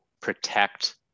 protect